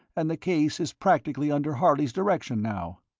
and the case is practically under harley's direction now.